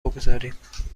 بگذاریم